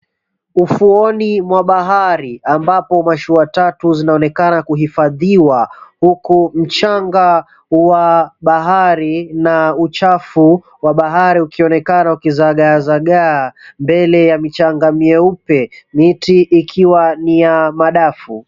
Ufuoni mwa bahari ambapo mashuwa tatu zinaonekana kuhifadhiwa, huku mchanga wa bahari na uchafu wa bahari ukionekana ukizagaazagaa mbele ya michanga meupe, miti ikiwa ni ya madafu.